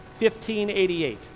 1588